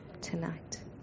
tonight